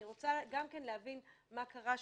אני רוצה להבין מה קרה שם.